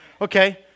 Okay